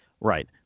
Right